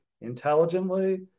intelligently